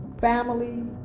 family